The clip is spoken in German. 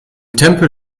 tempel